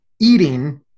eating